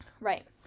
Right